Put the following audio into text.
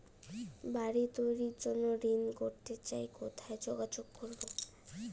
বাড়ি তৈরির জন্য ঋণ করতে চাই কোথায় যোগাযোগ করবো?